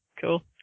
cool